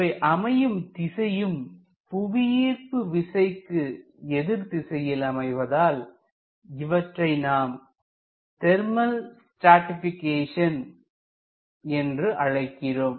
இவை அமையும் திசையும் புவியீர்ப்பு விசைக்கு எதிர் திசையில் அமைவதால் இவற்றை நாம் தெர்மல் ஸ்டர்ட்பிகேஷன் என்று அழைக்கிறோம்